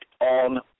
on